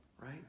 right